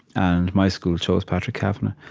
and my school chose patrick kavanagh.